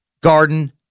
garden